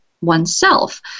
oneself